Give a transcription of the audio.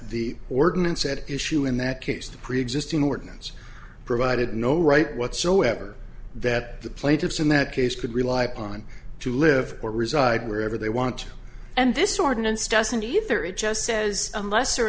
the ordinance at issue in that case the preexisting ordinance provided no right whatsoever that the plaintiffs in that case could rely upon to live or reside wherever they want and this ordinance doesn't either it just says unless or